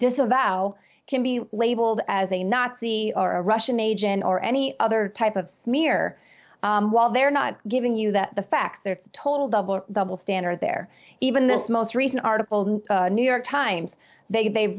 disavow can be labeled as a nazi are russian agent or any other type of smear while they're not giving you that the fact that it's a total double double standard there even this most recent article new york times they